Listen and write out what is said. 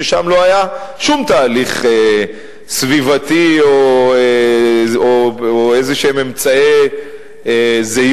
שלא היה בהם שום תהליך סביבתי או אמצעי זהירות